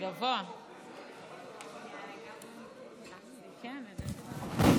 חבריי חברי הכנסת, אני מתכבדת להביא